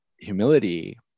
humility